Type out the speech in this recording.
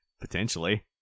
Potentially